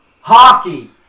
hockey